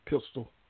pistol